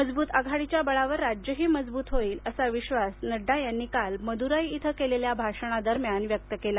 मजबूत आघाडीच्या बळावर राज्यही मजबूत होईल असा विश्वास नड्डा यांनी काल मदुराई येथे केलेल्या भाषणादरम्यान व्यक्त केला